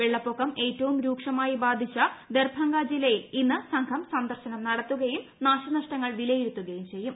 വെള്ളപ്പൊക്കം ഏറ്റവും രൂക്ഷമായി ബാധിച്ച ദർഭംഗ ജില്ലയിൽ ഇന്ന് സംഘം സന്ദർശനം നടത്തുകയും നാശനഷ്ടങ്ങൾ വിലയിരുത്തുകയും ചെയ്യും